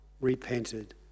repented